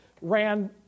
ran